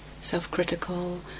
Self-critical